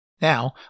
Now